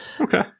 Okay